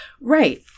Right